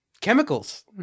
Chemicals